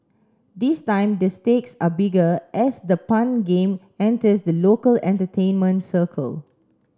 this time the stakes are bigger as the pun game enters the local entertainment circle